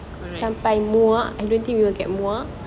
correct